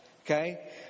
Okay